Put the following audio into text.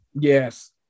Yes